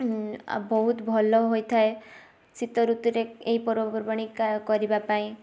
ବହୁତ ଭଲ ହୋଇଥାଏ ଶୀତଋତୁରେ ଏହି ପର୍ବପର୍ବାଣି କରିବା ପାଇଁ